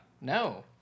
no